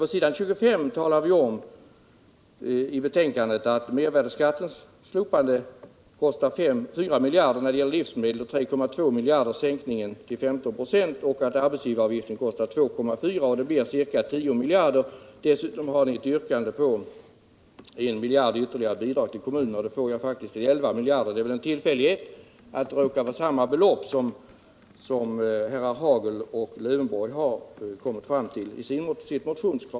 På s. 25 talar vi om att ett slopande av mervärdeskatteeffekten på livsmedel kostar 4 miljarder kronor, att en sänkning av mervärdeskatten till 15 26 på andra varor än livsmedel kostar ca 3,2 miljarder kronor och att ett slopande av den allmänna arbetsgivaravgiften för kommuner och landsting kostar ca 2,4 miljarder kronor. Det blir tillsammans ca 10 miljarder kronor. Dessutom har ni ett yrkande om ytterligare 1 miljard kronor i bidrag till kommunerna. Jag får summan till 11 miljarder kronor. Det är väl en tillfällighet att det råkar bli samma belopp som herrar Hagel och Lövenborg har kommit fram till i sin motion.